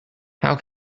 how